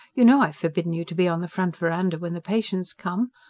you know i've forbidden you to be on the front verandah when the patients come.